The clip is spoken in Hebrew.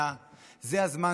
זה הזמן שבו הוא,